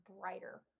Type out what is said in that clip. brighter